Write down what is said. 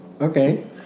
okay